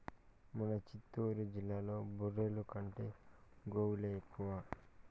మన చిత్తూరు జిల్లాలో బర్రెల కంటే గోవులే ఎక్కువ